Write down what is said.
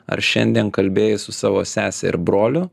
ar šiandien kalbėjai su savo sese ir broliu